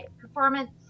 performance